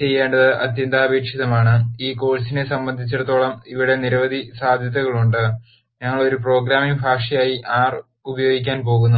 ചെയ്യേണ്ടത് അത്യന്താപേക്ഷിതമാണ് ഈ കോഴ്സിനെ സംബന്ധിച്ചിടത്തോളം ഇവിടെ നിരവധി സാധ്യതകളുണ്ട് ഞങ്ങൾ ഒരു പ്രോഗ്രാമിംഗ് ഭാഷയായി R ഉപയോഗിക്കാൻ പോകുന്നു